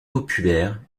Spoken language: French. populaire